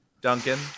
Duncan